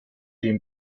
dem